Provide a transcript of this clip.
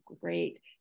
great